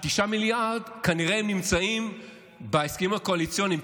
ה-9 מיליארד כנראה נמצאים בהסכמים הקואליציוניים,